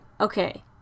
okay